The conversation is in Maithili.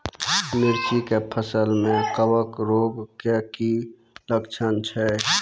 मिर्ची के फसल मे कवक रोग के की लक्छण छै?